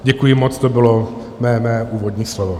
Děkuji moc, to bylo mé úvodní slovo.